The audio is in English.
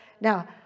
Now